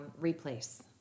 replace